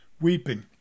weeping